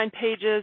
pages